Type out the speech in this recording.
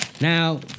Now